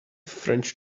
french